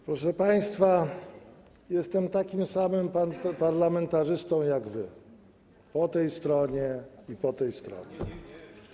Proszę państwa, jestem takim samym parlamentarzystą jak wy po tej stronie i po tej stronie.